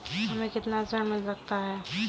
हमें कितना ऋण मिल सकता है?